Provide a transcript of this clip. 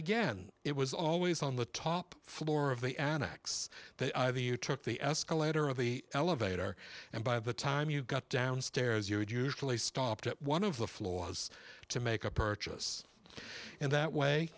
again it was always on the top floor of the acts that either you took the escalator of the elevator and by the time you got downstairs you would usually stopped at one of the flaws to make a purchase and that way